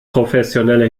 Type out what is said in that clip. professionelle